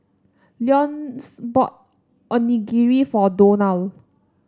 Leonce bought Onigiri for Donal